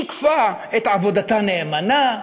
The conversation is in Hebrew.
שיקפה את עבודתה נאמנה,